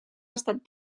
estat